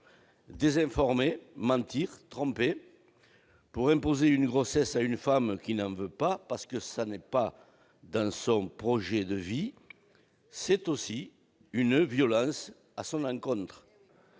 désinformer, mentir, tromper pour imposer une grossesse à une femme qui n'en veut pas parce que ça n'est pas son projet de vie, c'est aussi lui infliger une violence.